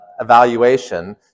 evaluation